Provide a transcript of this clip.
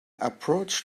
approach